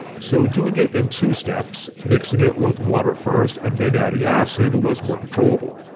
so doing it in two steps, mixing it with water first and then adding acid was more controllable.